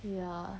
ya